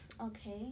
okay